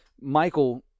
Michael